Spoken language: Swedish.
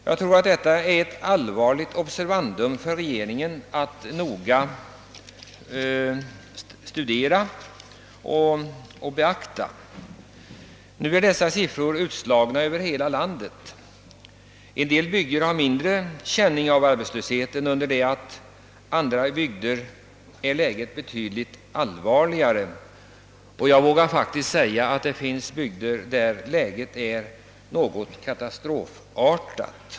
Jag tror att detta är ett allvarligt observandum som regeringen noggrant borde studera och beakta, Siffrorna är emellertid utslagna över hela landet. En del bygder har mindre känning av arbetslösheten under det att läget är betydligt allvarligare i andra bygder. Jag vågar faktiskt säga att det finns bygder där läget är nästan katastrofartat.